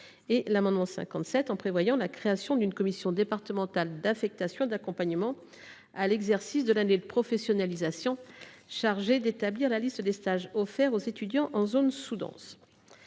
de l’amendement n° 57 prônent la création d’une commission départementale d’affectation et d’accompagnement à l’exercice de l’année de professionnalisation qui serait chargée d’établir la liste des stages offerts aux étudiants en zones sous denses.